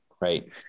Right